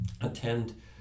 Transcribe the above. attend